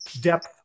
depth